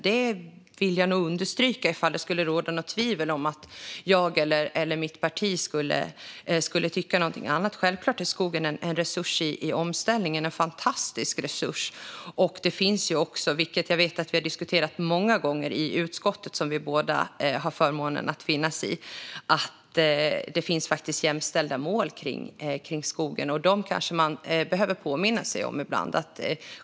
Det vill jag understryka, om det skulle råda något tvivel om att jag eller mitt parti skulle tycka något annat. Självklart är skogen en fantastisk resurs i omställningen. Vi har många gånger diskuterat i utskottet - vilket vi båda har förmånen att vara ledamöter i - att det finns jämställda mål för skogen. Dem kan vi behöva påminna oss om ibland.